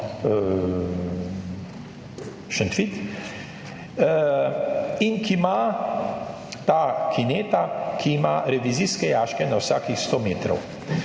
Šentvid in ki ima ta kineta, ki ima revizijske jaške na vsakih 100 metrov.